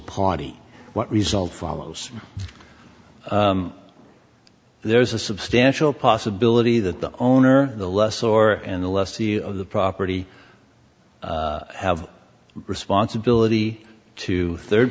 party what result follows there is a substantial possibility that the owner the less or and the lessee of the property have responsibility to third